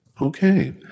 Okay